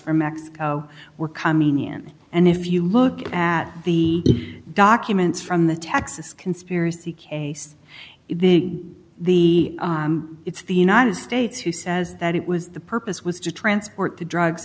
from mexico were coming in and if you look at the documents from the texas conspiracy case the the it's the united states who says that it was the purpose was to transport the drugs